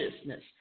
business